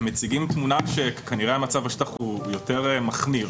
הם מציגים תמונה שכנראה המצב בשטח הוא יותר מחמירני,